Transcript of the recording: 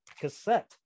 cassette